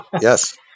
yes